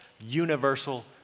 Universal